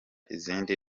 izindi